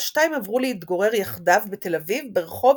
והשתיים עברו להתגורר יחדיו בתל אביב ברחוב